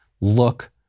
look